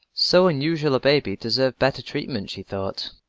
so unusual a baby deserved better treatment, she thought.